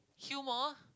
humour